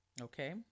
Okay